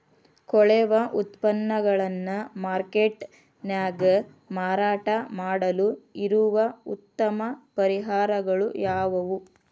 ಕೊಳೆವ ಉತ್ಪನ್ನಗಳನ್ನ ಮಾರ್ಕೇಟ್ ನ್ಯಾಗ ಮಾರಾಟ ಮಾಡಲು ಇರುವ ಉತ್ತಮ ಪರಿಹಾರಗಳು ಯಾವವು?